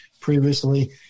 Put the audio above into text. previously